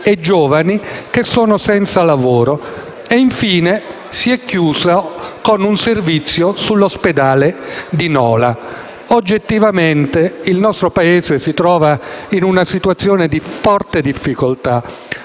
e giovani che sono senza lavoro. Infine, è stato trasmesso un servizio sull'ospedale di Nola. Oggettivamente, il nostro Paese si trova in una situazione di forte difficoltà.